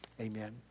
Amen